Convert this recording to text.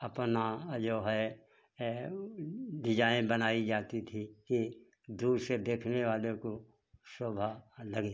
अपना और जो है डिजाइन बनाई जाती थी कि दूर से देखने वाले को शोभा लगे